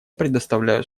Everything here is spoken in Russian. предоставляю